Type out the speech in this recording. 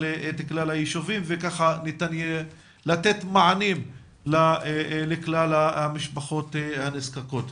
הישובים וכך ניתן יהיה לתת מענים לכלל המשפחות הנזקקות.